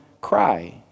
cry